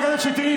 חברת הכנסת שטרית,